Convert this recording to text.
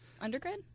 undergrad